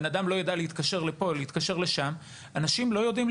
אם בן אדם לא יידע להתקשר לפה או לשם אנשים לא יודעים,